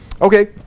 okay